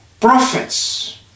prophets